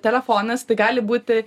telefonas tai gali būti